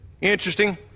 interesting